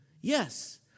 Yes